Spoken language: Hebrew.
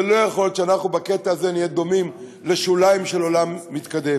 לא יכול להיות שבקטע הזה נהיה דומים לשוליים של עולם מתקדם.